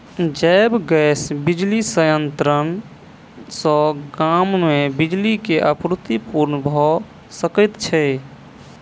जैव गैस बिजली संयंत्र सॅ गाम मे बिजली के आपूर्ति पूर्ण भ सकैत छै